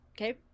Okay